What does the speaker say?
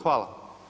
Hvala.